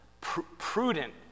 prudent